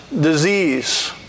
disease